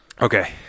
Okay